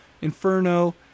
Inferno